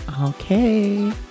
Okay